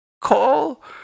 call